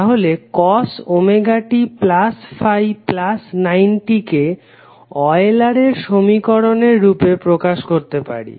তাহলে cos ωt∅90 কে ওয়েলারের সমীকরণের রূপে প্রকাশ করতে পারি